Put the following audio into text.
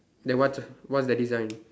then what's what's the design